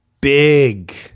big